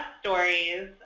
stories